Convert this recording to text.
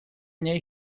меня